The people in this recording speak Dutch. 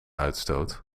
uitstoot